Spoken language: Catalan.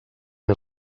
què